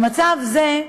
במצב זה,